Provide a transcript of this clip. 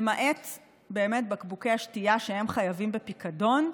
למעט בקבוקי השתייה שחייבים בפיקדון.